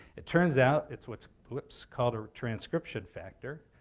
it turns out it's what's what's called a transcription factor,